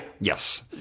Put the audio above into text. Yes